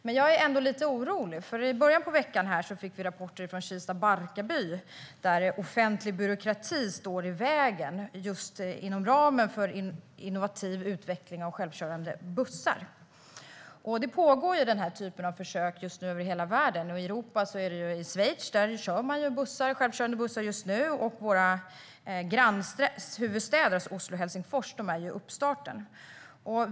Men jag är ändå lite orolig, för i början av veckan fick vi rapporter från Kista och Barkarby, där offentlig byråkrati står i vägen för innovativ utveckling av självkörande bussar. Denna typ av försök pågår just nu över hela världen. I Europa sker det till exempel i Schweiz, där man nu har självkörande bussar, och i våra grannhuvudstäder Oslo och Helsingfors, där man befinner sig i uppstartsfasen.